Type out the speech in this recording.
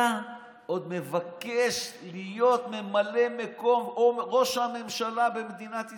אתה עוד מבקש להיות ממלא מקום או ראש הממשלה במדינת ישראל.